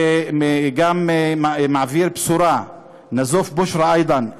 וגם מעביר בשורה (אומר בערבית: אנו מבשרים גם